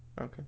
Okay